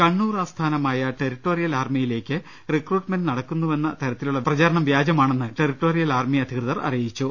കണ്ണൂർ ആസ്ഥാനമായ ടെറിട്ടോറിയൽ ആർമിയിലേക്ക് റിക്രൂട്ട്മെന്റ് നടക്കുന്നുവെന്ന തരത്തിലുള്ള പ്രചാരണം വ്യാജമാണെന്ന് ടെറിട്ടോറിയൽ ആർമി അധികൃതർ അറിയി ച്ചു